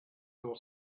your